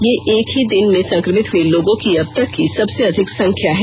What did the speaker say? यह एक ही दिन में संक्रमित हुए लोगों की अब तक की सबसे अधिक संख्या है